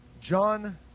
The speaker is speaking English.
John